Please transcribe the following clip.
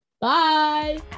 Bye